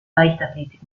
leichtathletik